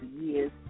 years